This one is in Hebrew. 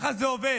ככה זה עובד.